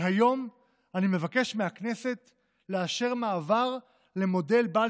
והיום אני מבקש מהכנסת לאשר מעבר למודל בעל